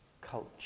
culture